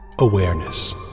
Awareness